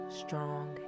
strong